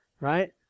right